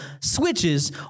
switches